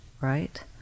right